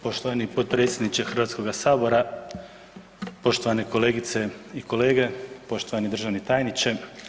Poštovani potpredsjedniče Hrvatskoga sabora, poštovane kolegice i kolege, poštovani državni tajniče.